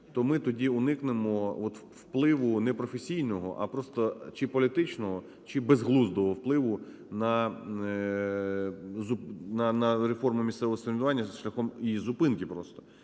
то ми тоді уникнемо от впливу не професійного, а просто чи політичного, чи безглуздого впливу на реформу місцевого самоврядування шляхом її зупинки просто.